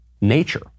nature